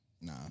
nah